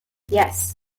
yes